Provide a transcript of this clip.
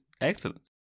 Excellent